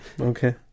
Okay